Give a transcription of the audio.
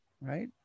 Right